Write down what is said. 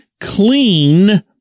clean